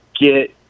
get